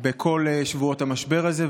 בכל שבועות המשבר הזה,